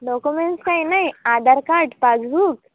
documents काही नाही Aadhaar card passbook